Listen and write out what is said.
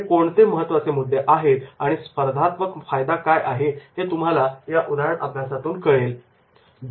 इथे कोणते महत्त्वाचे मुद्दे आहेत आणि स्पर्धात्मक फायदा काय आहे हे तुम्हाला या उदाहरण अभ्यासातून कळेल